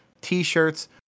t-shirts